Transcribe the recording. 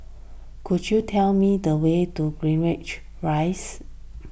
could you tell me the way to Greendale Rise